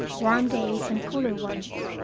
warm days and cooler ones,